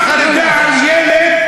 אי-אפשר לסבול דברים כאלה בכנסת ישראל,